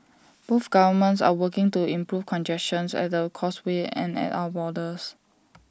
both governments are working to improve congestions at the causeway and at our borders